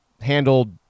handled